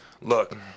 look